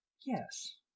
Yes